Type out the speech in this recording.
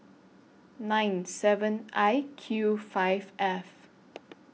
nine seven I Q five F